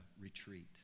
retreat